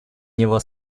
него